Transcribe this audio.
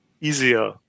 easier